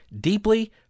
deeply